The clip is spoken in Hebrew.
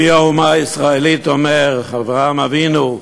אבי האומה הישראלית, אברהם אבינו,